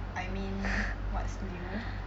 I mean what's new